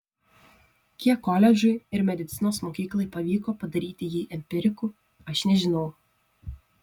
kiek koledžui ir medicinos mokyklai pavyko padaryti jį empiriku aš nežinau